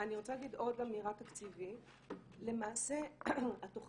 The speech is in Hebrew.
בעקבות הקיצוץ התקציב התוכנית